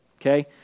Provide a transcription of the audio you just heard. okay